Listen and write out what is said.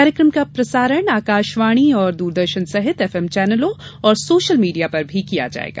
कार्यक्रम का प्रसारण आकाशवाणी और दूरदर्शन सहित एफएम चैनलों और सोशल मीडिया पर भी किया जायेगा